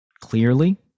clearly